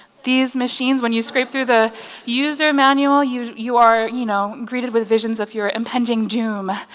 these machines, when you scrape through the user manual you you are you know greeted with visions of your impending doom.